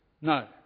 no